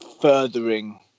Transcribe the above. furthering